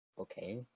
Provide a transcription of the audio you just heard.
Okay